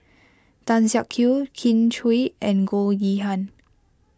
Tan Siak Kew Kin Chui and Goh Yihan